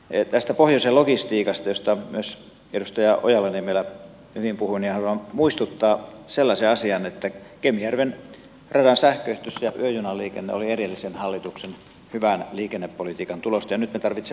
toiseksi tästä pohjoisen logistiikasta josta myös edustaja ojala niemelä hyvin puhui haluan muistuttaa sellaisen asian että kemijärven radan sähköistys ja yöjunaliikenne oli edellisen hallituksen hyvän liikennepolitiikan tulosta ja nyt me tarvitsemme jatkoa